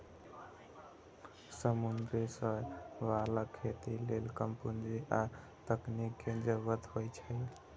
समुद्री शैवालक खेती लेल कम पूंजी आ तकनीक के जरूरत होइ छै